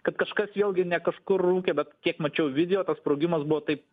kad kažkas vėlgi ne kažkur rūkė bet kiek mačiau video tas sprogimas buvo taip